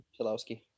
Chalowski